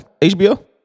HBO